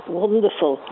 wonderful